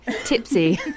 tipsy